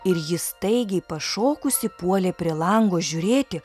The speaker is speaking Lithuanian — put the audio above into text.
ir ji staigiai pašokusi puolė prie lango žiūrėti